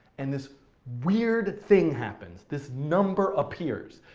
and this weird thing happens, this number appears,